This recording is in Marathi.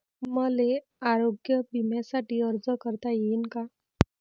मले आरोग्य बिम्यासाठी अर्ज करता येईन का?